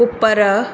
Cooper